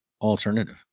alternative